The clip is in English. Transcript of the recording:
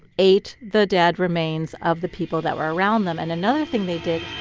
ate the dead remains of the people that were around them. and another thing they did.